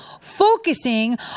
focusing